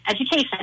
education